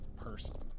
person